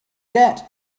get